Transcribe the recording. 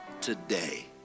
today